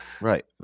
Right